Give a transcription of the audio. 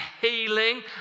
healing